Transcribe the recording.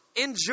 Enjoy